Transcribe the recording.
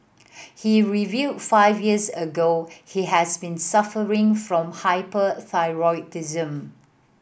he revealed five years ago he has been suffering from hyperthyroidism